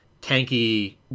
tanky